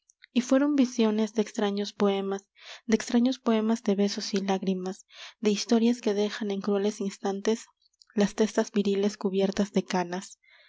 y fueron visiones de extraños poemas de extraños poemas de besos y lágrimas de historias que dejan en crueles instantes las testas viriles cubiertas de canas